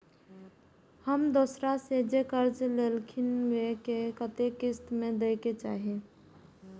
हम दोसरा से जे कर्जा लेलखिन वे के कतेक किस्त में दे के चाही?